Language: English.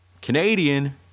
Canadian